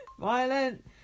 violent